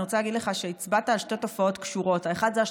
אני רוצה להגיד לך שהצבעת על שתי תופעות קשורות: האחת,